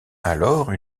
alors